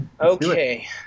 Okay